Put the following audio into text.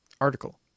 article